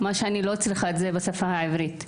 מה שאני לא צריכה בשפה העברית.